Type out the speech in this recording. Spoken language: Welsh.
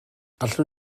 allwn